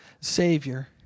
Savior